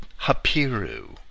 Hapiru